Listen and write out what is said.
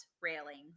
railings